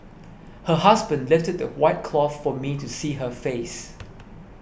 her husband lifted the white cloth for me to see her face